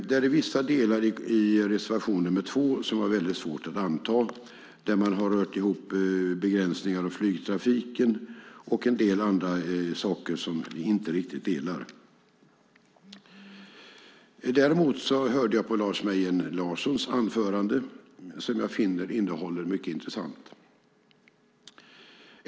Det är dock vissa delar av reservation 2 som jag har väldigt svårt att acceptera, där man har rört ihop begränsningar av flygtrafiken och en del andra saker som vi inte riktigt delar. Jag hörde på Lars Mejern Larssons anförande, som jag finner mycket intressant.